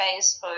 facebook